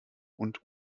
und